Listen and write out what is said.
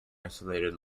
isolated